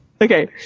Okay